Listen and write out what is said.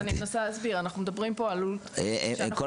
לא, אז אני מנסה להסביר.